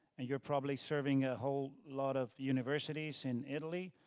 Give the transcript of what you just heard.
and you're probably serving a whole lot of universities in italy.